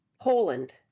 Poland